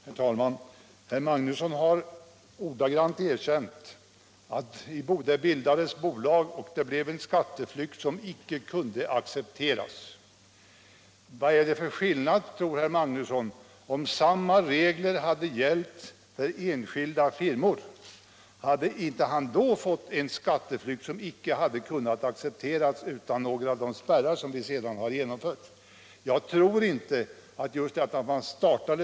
Herr talman! Herr Magnusson har nu erkänt — han sade det ordagrant — att det bildades bolag som medförde en skatteflykt, som inte kunde accepteras. Vad tror herr Magnusson att det skulle ha blivit för skillnad om samma regler hade gällt enskilda firmor? Hade han inte då fått en skatteflykt, som inte kunde accepteras, och hade vi inte då även i detta fall fått införa dessa spärrar?